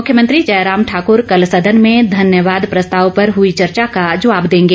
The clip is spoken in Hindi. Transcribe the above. मुख्यमंत्री जयराम ठाकुर कल सदन में धन्यवाद प्रस्ताव पर हुई जबाब देंगे